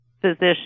physician